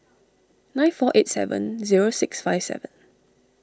nine four eight seven zero six five seven